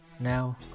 Now